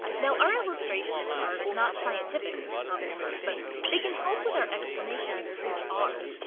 now our illustrations are not scientific obviously but they can help with our explanations, which are.